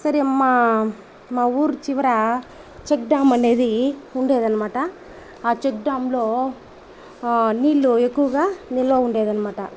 సరే మా మా ఊరు చివర చెక్ డ్యామ్ అనేది ఉండేదనమాట ఆ చెక్ డ్యామ్ లో నీళ్ళు ఎక్కువగా నిల్వ ఉండేదనమాట